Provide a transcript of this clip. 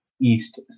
East